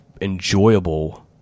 enjoyable